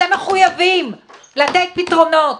אתם מחויבים לתת פתרונות,